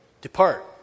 Depart